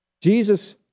Jesus